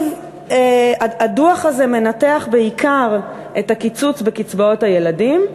הדוח הזה מנתח בעיקר את הקיצוץ בקצבאות ילדים,